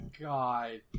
god